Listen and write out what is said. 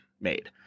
made